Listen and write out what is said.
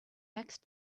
next